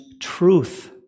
truth